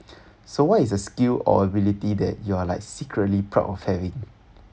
so what is a skill or ability that you are like secretly proud of having